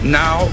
now